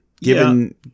given